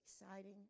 exciting